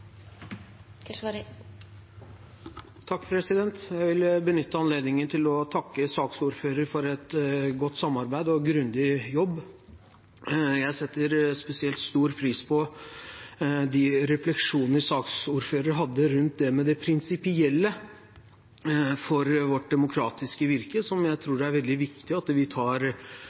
Jeg vil benytte anledningen til å takke saksordføreren for et godt samarbeid og en grundig jobb. Jeg setter spesielt stor pris på de refleksjonene saksordføreren hadde rundt det prinsipielle for vårt demokratiske virke, som jeg tror er veldig viktig at vi tar